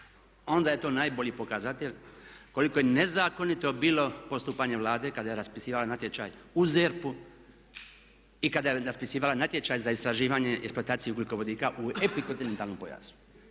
onda je to najbolji pokazatelj koliko je nezakonito bilo postupanje Vlade kada je raspisivala natječaj u ZERP-u i kada je raspisivala natječaj za istraživanje i eksploataciju ugljikovodika u epikontinentalnom pojasu.